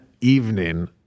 evening